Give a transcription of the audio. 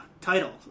title